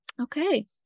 Okay